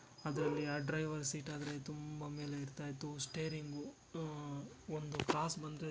ಅದರಲ್ಲಿ ಆ ಡ್ರೈವರ್ ಸೀಟಾದರೆ ತುಂಬ ಮೇಲೆ ಇರ್ತಾ ಇತ್ತು ಸ್ಟೇರಿಂಗು ಒಂದು ಕ್ರಾಸ್ ಬಂದರೆ